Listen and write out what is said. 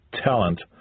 talent